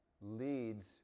leads